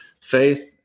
faith